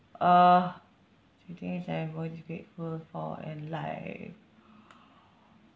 uh three things I've always grateful for in life